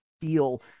feel